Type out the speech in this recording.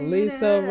Lisa